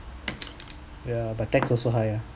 ya but tax also higher